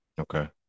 Okay